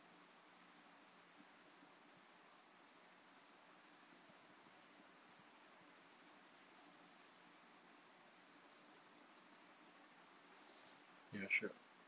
ya sure